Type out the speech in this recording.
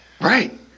Right